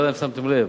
לא יודע אם שמתם לב,